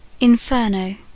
Inferno